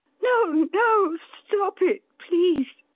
no, no stop it please!